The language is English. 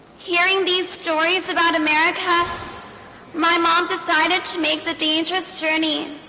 hearing these stories about america my mom decided to make the dangerous journey